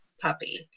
puppy